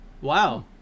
Wow